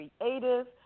creative